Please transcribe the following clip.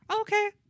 Okay